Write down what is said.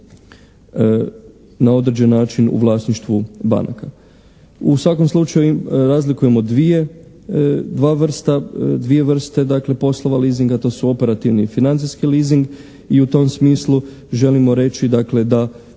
na određen način u vlasništvu banaka. U svakom slučaju razlikujemo dvije vrste dakle poslova leasinga. To su operativni i financijski leasing i u tom smislu želimo reći dakle